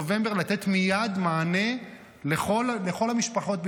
נובמבר לתת מייד מענה לכל המשפחות בישראל.